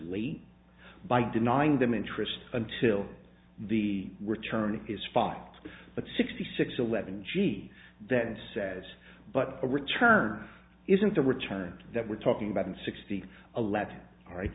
late by denying them interest until the return is filed but sixty six eleven gee that says but a return isn't the return that we're talking about in sixty allowed all right